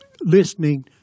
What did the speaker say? listening